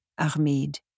Armide